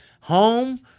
Home